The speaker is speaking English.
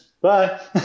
bye